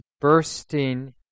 bursting